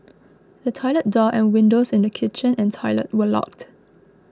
the toilet door and windows in the kitchen and toilet were locked